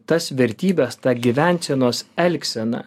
tas vertybes tą gyvensenos elgseną